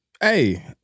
hey